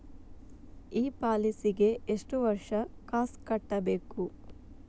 ಈ ಪಾಲಿಸಿಗೆ ಎಷ್ಟು ವರ್ಷ ಕಾಸ್ ಕಟ್ಟಬೇಕು?